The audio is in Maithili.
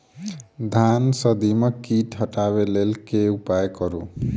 धान सँ दीमक कीट हटाबै लेल केँ उपाय करु?